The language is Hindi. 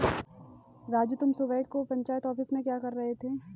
राजू तुम सुबह को पंचायत ऑफिस में क्या कर रहे थे?